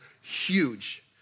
huge